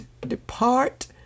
depart